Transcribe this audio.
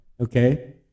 okay